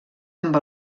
amb